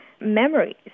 memories